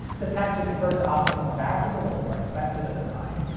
the tech to convert to optical and back was a little more expensive at the time,